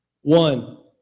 One